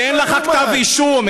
שאין לך כתב אישום,